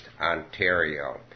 Ontario